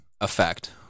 effect